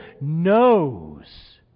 knows